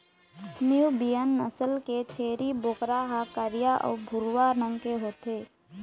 Nubian नसल के छेरी बोकरा ह करिया अउ भूरवा रंग के होथे